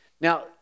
Now